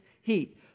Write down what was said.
heat